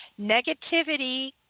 Negativity